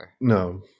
No